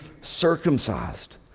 circumcised